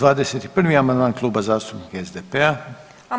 21. amandman Kluba zastupnika SDP-a.